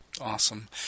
awesome